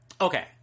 Okay